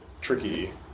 tricky